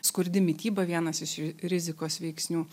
skurdi mityba vienas iš rizikos veiksnių